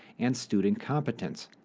and student competence.